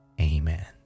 Amen